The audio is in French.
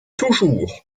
toujours